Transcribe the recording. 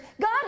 God